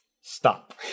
stop